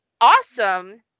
awesome